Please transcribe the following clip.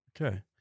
Okay